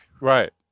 right